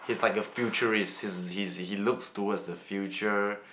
he is like a futurist he he he looks toward the future